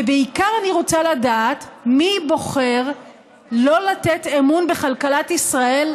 ובעיקר אני רוצה לדעת מי בוחר לא לתת אמון בכלכלת ישראל,